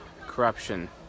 corruption